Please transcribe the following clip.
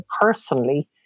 personally